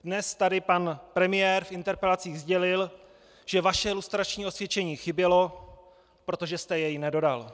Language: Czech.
Dnes tady pan premiér v interpelacích sdělil, že vaše lustrační osvědčení chybělo, protože jste jej nedodal.